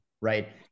right